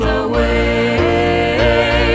away